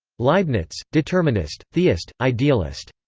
leibniz determinist, theist, idealist.